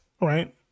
right